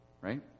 Right